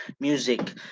music